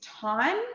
time